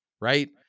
right